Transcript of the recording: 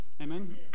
Amen